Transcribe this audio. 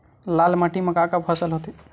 लाल माटी म का का फसल होथे?